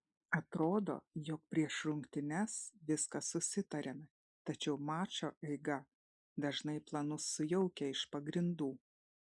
atrodo jog prieš rungtynes viską susitariame tačiau mačo eiga dažnai planus sujaukia iš pagrindų